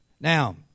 Now